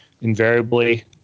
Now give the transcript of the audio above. Invariably